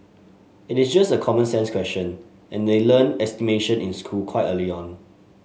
it is just a common sense question and they learn estimation in school quite early on